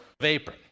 vapor